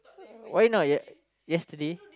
why not yes~ yesterday